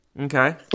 Okay